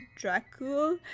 Dracul